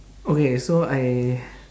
okay so I